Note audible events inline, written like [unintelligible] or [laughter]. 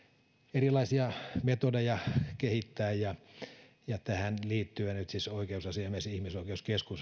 erilaisia metodeja kehittää tähän liittyenhän nyt siis oikeusasiamies ja ihmisoikeuskeskus [unintelligible]